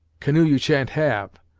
canoe you sha'n't have,